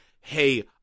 hey